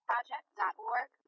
Project.org